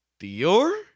Dior